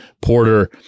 Porter